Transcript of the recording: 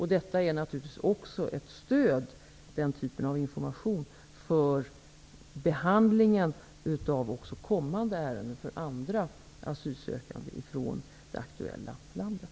Den typen av information är naturligtvis också ett stöd för behandlingen av kommande ärenden när det gäller andra asylsökande från det aktuella landet.